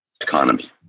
economy